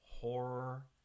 horror